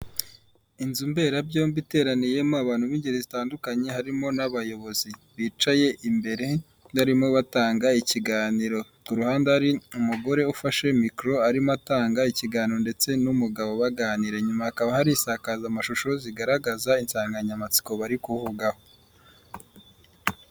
Inzu mberabyombi iteraniyemo abantu b'ingeri zitandukanye harimo n'abayobozi bicaye imbere, barimo batanga ikiganiro ku ruhande hari umugore ufashe mikoro arimo atanga ikiganiro ndetse n'umugabo baganira, inyuma hakaba hari insakaza amashusho zigaragaza insanganyamatsiko bari kuvugaho.